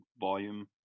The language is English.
volume